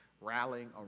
rallying